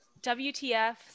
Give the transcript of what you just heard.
WTF